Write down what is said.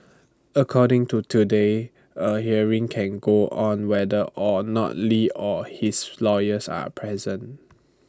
according to today A hearing can go on whether or not li or his lawyers are present